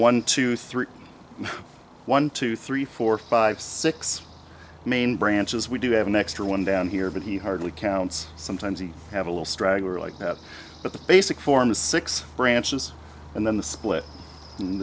one two three one two three four five six main branches we do have an extra one down here but he hardly counts sometimes we have a little straggler like that but the basic form is six branches and then the split